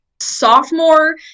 sophomore